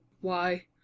Why